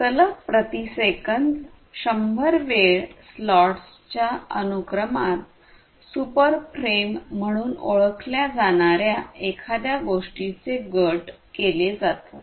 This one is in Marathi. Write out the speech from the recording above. सलग प्रति सेकंद 100 वेळ स्लॉट्सच्या अनुक्रमात सुपर फ्रेम म्हणून ओळखल्या जाणार्या एखाद्या गोष्टीचे गट केले जाते